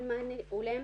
אין מענה הולם,